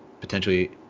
potentially